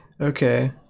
Okay